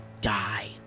die